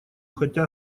хотя